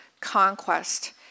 conquest